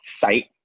site